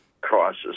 crisis